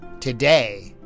Today